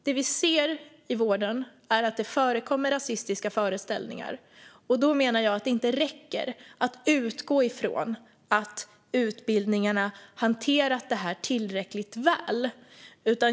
Det vi ser i vården är att det förekommer rasistiska föreställningar, och då menar jag att det inte räcker att utgå från att utbildningarna har hanterat detta tillräckligt väl.